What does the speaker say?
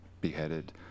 beheaded